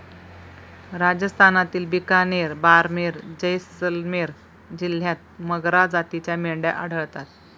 राजस्थानातील बिकानेर, बारमेर, जैसलमेर जिल्ह्यांत मगरा जातीच्या मेंढ्या आढळतात